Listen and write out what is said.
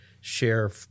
share